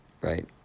Right